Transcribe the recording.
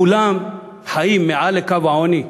כולם חיים מעל לקו העוני?